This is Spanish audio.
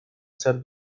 ser